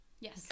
Yes